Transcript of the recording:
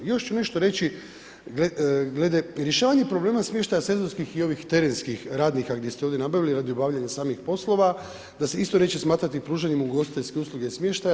I još ću nešto reći glede, rješavanje problema smještaja sezonskih i ovim terenskih radnika gdje ste ovdje nabavili radi obavljanja samih poslova, da se isto neće smatrati pružanjem ugostiteljske usluge i smještaja.